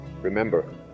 Remember